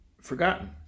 forgotten